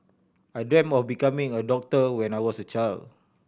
I dream of becoming a doctor when I was a child